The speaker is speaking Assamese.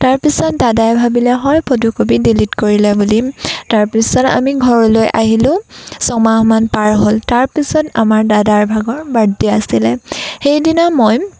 তাৰপিছত দাদাই ভাবিলে হয় ফটোকপি ডিলিট কৰিলে বুলি তাৰপিছত আমি ঘৰলৈ আহিলোঁ ছয়মাহ মান পাৰ হ'ল তাৰপিছত আমাৰ দাদাৰ ভাগৰ বাৰ্থডে আছিলে সেইদিনা মই